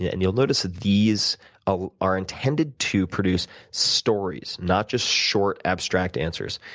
yeah and you'll notice ah these ah are intended to produce stories, not just short abstract answers.